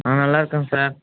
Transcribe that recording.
நான் நல்லாயிக்கேன் சார்